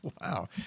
Wow